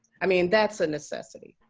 i mean that's a necessity.